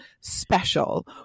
special